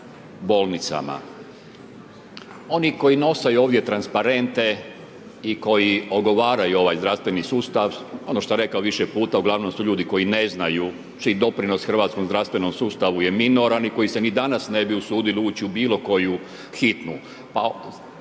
bolnicama. Oni koji nosaju ovdje transparente i koji ogovaraju ovaj zdravstveni sustav, ono što je rekao više puta, uglavnom su ljudi koji ne znaju, čiji doprinos hrvatskom zdravstvenom sustavu je minoran i koji se ni danas ne bi usudili ući u bilo koju hitnu.